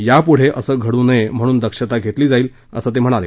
यापुढं असं घडू नये म्हणून दक्षता घेतली जाईल असं ते म्हणाले